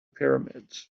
pyramids